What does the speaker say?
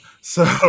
So-